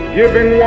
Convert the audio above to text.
giving